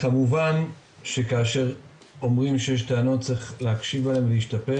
כמובן שכאשר אומרים שיש טענות צריך להקשיב ולהשתפר